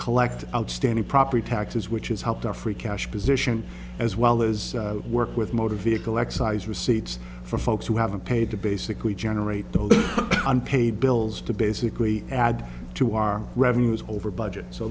collect outstanding property taxes which has helped our free cash position as well as work with motor vehicle excise receipts for folks who have been paid to basically generate those unpaid bills to basically add to our revenues over budget so